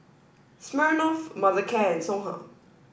Smirnoff Mothercare and Songhe